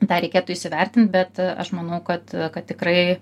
tą reikėtų įsivertint bet aš manau kad kad tikrai